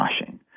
washing